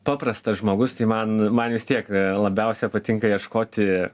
paprastas žmogus tai man man vis tiek labiausia patinka ieškoti